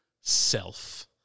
self